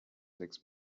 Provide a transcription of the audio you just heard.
sechs